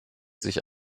sich